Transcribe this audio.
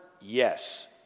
yes